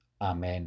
Amen